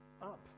Up